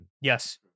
Yes